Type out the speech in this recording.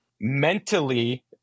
mentally